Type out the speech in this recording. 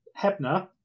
Hebner